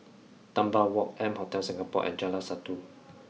Dunbar Walk M Hotel Singapore and Jalan Satu